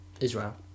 Israel